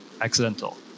accidental